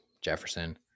Jefferson